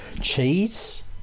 Cheese